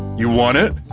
you want it?